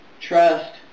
trust